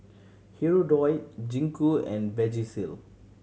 Hirudoid Gingko and Vagisil